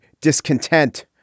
discontent